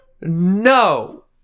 No